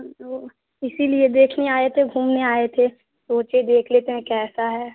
इसीलिए देखने आए थे घूमने आए थे सोचे देख लेते हैं कैसा है